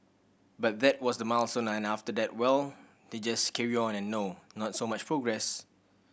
but that was the milestone and after that well they just carry on and no not so much progress